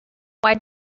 why